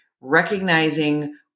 Recognizing